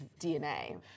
DNA